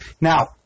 Now